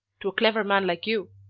to a clever man like you.